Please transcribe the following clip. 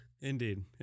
Indeed